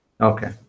Okay